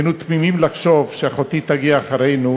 היינו תמימים לחשוב שאחותי תגיע אחרינו,